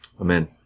amen